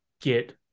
get